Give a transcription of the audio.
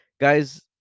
guys